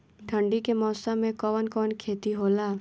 ठंडी के मौसम में कवन कवन खेती होला?